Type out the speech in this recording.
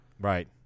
Right